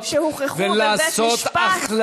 יש דברים שהוכחו בבית-משפט,